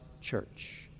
church